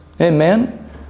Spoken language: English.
Amen